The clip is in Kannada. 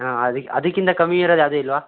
ಹಾಂ ಅದಿಕ್ಕೆ ಅದಕ್ಕಿಂತ ಕಮ್ಮಿ ಇರೋದು ಯಾವುದೂ ಇಲ್ಲವಾ